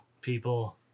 people